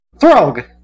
Throg